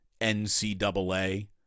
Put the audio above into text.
NCAA